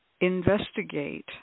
investigate